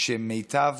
כשמיטב